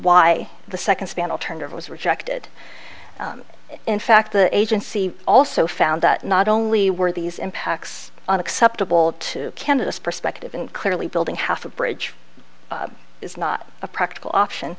why the second span alternative was rejected in fact the agency also found that not only were these impacts on acceptable to canada's perspective and clearly building half a bridge is not a practical option